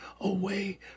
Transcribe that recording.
away